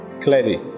Clearly